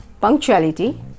Punctuality